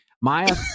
Maya